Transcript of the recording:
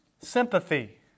sympathy